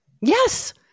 Yes